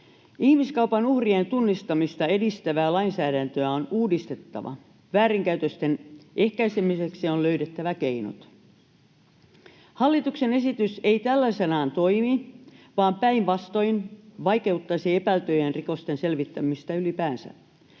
Ihmiskaupan uhrien tunnistamista edistävää lainsäädäntöä on uudistettava. Väärinkäytösten ehkäisemiseksi on löydettävä keinot. Hallituksen esitys ei tällaisenaan toimi vaan päinvastoin vaikeuttaisi epäiltyjen rikosten selvittämistä ylipäänsä.